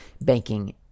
banking